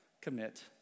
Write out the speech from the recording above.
commit